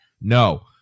No